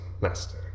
Master